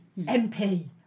MP